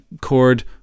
chord